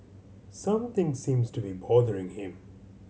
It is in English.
something seems to be bothering him